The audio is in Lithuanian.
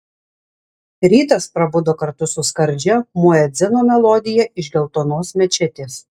rytas prabudo kartu su skardžia muedzino melodija iš geltonos mečetės